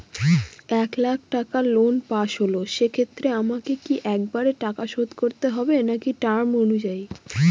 এক লাখ টাকা loan pass হল সেক্ষেত্রে আমাকে কি একবারে টাকা শোধ করতে হবে নাকি টার্ম অনুযায়ী?